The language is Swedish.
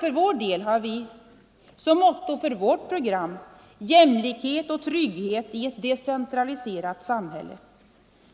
För vår del har vi som motto för vårt program: Jämlikhet och trygghet i ett decentraliserat samhälle.